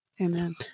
Amen